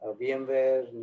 VMware